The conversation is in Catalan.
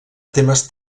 temes